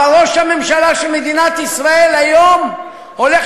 אבל ראש הממשלה של מדינת ישראל היום הולך